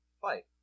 fight